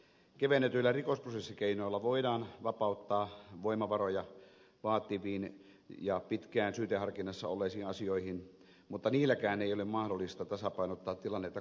kevennetyillä rikosprosessikeinoilla voidaan vapauttaa voimavaroja vaativiin ja pitkään syyteharkinnassa olleisiin asioihin mutta niilläkään ei ole mahdollista tasapainottaa tilannetta kokonaan